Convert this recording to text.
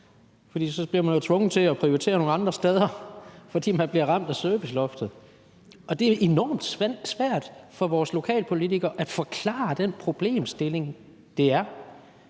fordi man så blev tvunget til at prioritere nogle andre steder, fordi man blev ramt af serviceloftet. Og det er enormt svært for vores lokalpolitikere at forklare den problemstilling. Kunne